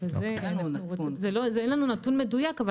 אין לנו נתון מדויק.